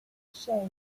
shay